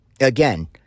Again